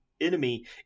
enemy